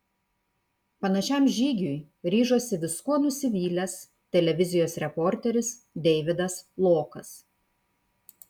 panašiam žygiui ryžosi viskuo nusivylęs televizijos reporteris deividas lokas